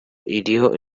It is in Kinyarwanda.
iriho